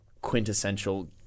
quintessential